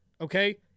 okay